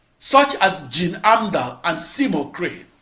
such as gene amdahl and seymour cray.